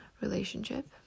relationship